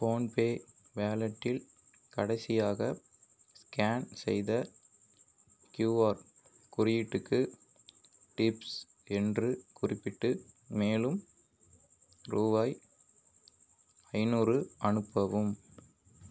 PhonePe வாலெட்டில் கடைசியாக scan செய்த கியூஆர் குறியீட்டுக்கு டிப்ஸ் என்று குறிப்பிட்டு மேலும் ரூபாய் ஐநூறு அனுப்பவும்